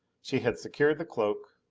she had secured the cloak.